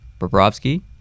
Bobrovsky